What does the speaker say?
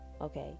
okay